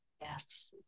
Yes